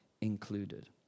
included